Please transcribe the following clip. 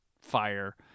fire